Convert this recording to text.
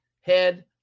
head